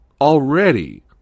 already